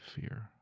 fear